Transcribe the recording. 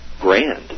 grand